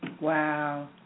Wow